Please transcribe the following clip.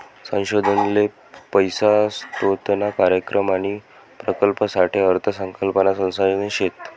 संशोधन ले पैसा स्रोतना कार्यक्रम आणि प्रकल्पसाठे अर्थ संकल्पना संसाधन शेत